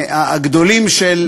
מהגדולים של יהדות תימן.